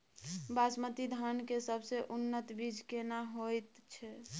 बासमती धान के सबसे उन्नत बीज केना होयत छै?